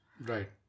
Right